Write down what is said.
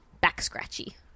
back-scratchy